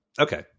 Okay